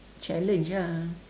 challenge ah